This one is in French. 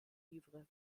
livres